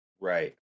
Right